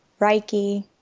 Reiki